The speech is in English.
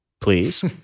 please